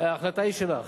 ההחלטה היא שלך.